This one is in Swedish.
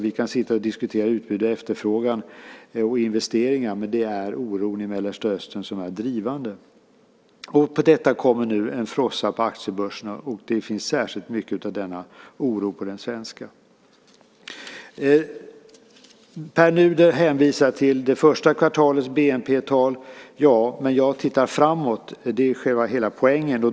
Vi kan sitta och diskutera utbud, efterfrågan och investeringar, men det är oron i Mellanöstern som är drivande. Till detta kommer nu en frossa på aktiebörserna, och det finns särskilt mycket av denna oro på den svenska börsen. Pär Nuder hänvisar till det första kvartalets bnp-tal. Ja, men jag tittar framåt. Det är hela poängen.